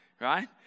right